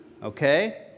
Okay